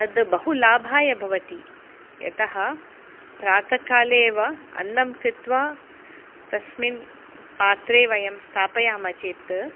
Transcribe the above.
तद् बहु लाभाय भवति यतः प्रातःकाले एवअन्नं कृत्वा तस्मिन् पात्रे वयं स्थापयामः चेत्